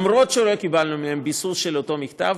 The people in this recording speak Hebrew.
אפילו שלא קיבלנו מהם ביסוס לאותו מכתב,